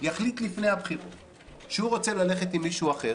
יחליט לפני הבחירות שהוא רוצה ללכת עם מישהו אחר